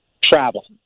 travel